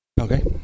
Okay